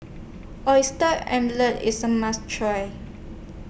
Oyster Omelette IS A must Try